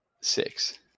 Six